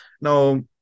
now